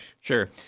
Sure